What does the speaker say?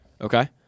Okay